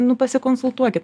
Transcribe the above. nu pasikonsultuokit